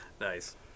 Nice